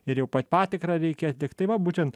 ir jau patikrą reikia tiktai va būtent